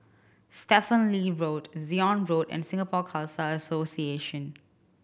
Stephen Lee Road Zion Road and Singapore Khalsa Association